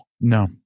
No